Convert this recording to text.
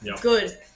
Good